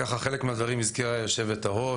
חלק מהדברים הזכירה היושבת-ראש,